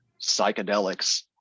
psychedelics